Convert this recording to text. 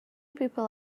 people